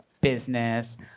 business